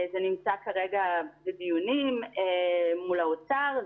זה נמצא כרגע בדיונים מול האוצר.